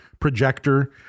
projector